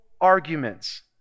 arguments